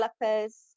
developers